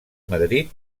madrid